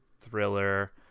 thriller